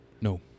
no